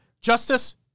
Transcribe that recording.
Justice